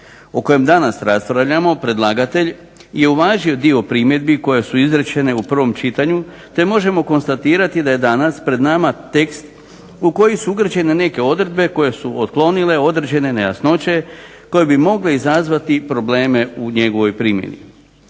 o kojem danas raspravljamo predlagatelj je uvažio dio primjedbi koje su izrečene u prvom čitanju, te možemo konstatirati da je danas pred nama tekst u koji su ugrađene neke odredbe koje su otklonile određene nejasnoće koje bi mogle izazvati probleme u njegovoj primjeni.